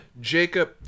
Jacob